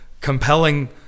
compelling